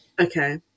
Okay